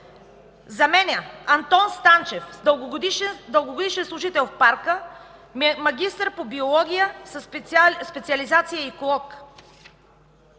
заменя Антон Станчев – дългогодишен служител в Парка, магистър по биология със специализация „Еколог”.